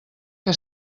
que